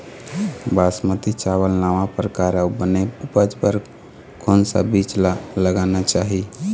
बासमती चावल नावा परकार अऊ बने उपज बर कोन सा बीज ला लगाना चाही?